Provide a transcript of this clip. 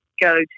go